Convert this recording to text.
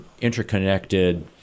interconnected